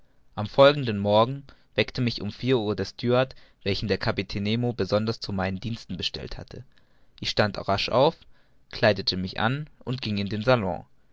am folgenden morgen weckte mich um vier uhr der steward welchen der kapitän nemo besonders zu meinen diensten bestellt hatte ich stand rasch auf kleidete mich an und ging in den salon